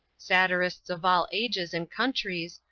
satirists of all ages and countries,